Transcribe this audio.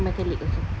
my colleague also